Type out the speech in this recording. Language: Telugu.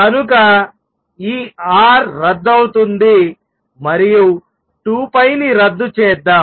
కనుక ఈ R రద్దవుతుంది మరియు 2 ని రద్దు చేద్దాం